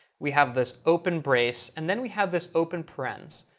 we have this open brace and then we have this open parens.